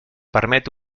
permet